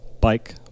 bike